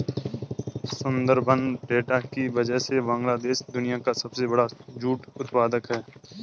Sundarban delta की वजह से बांग्लादेश दुनिया का सबसे बड़ा जूट उत्पादक है